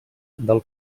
del